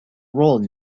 role